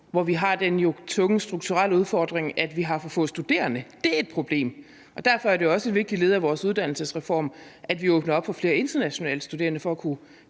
hvor vi har den tunge strukturelle udfordring, at vi har for få studerende. Dét er et problem. Derfor er det også et vigtigt led i vores uddannelsesreform, at vi åbner op for flere internationale studerende for at kunne